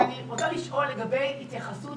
ואני רוצה לשאול לגבי התייחסות